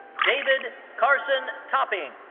david carson topping.